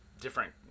different